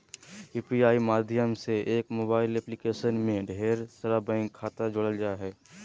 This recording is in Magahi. यू.पी.आई माध्यम से एक मोबाइल एप्लीकेशन में ढेर सारा बैंक खाता जोड़ल जा हय